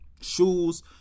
shoes